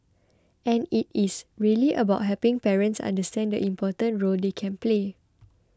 and it is really about helping parents understand the important role they can play